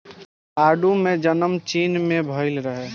आडू के जनम चीन में भइल रहे